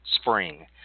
spring